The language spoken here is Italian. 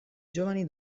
giovani